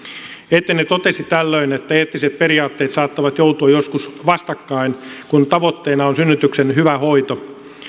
etene totesi tällöin että eettiset periaatteet saattavat joutua joskus vastakkain kun tavoitteena on synnytyksen hyvä hoito